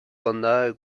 condado